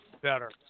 better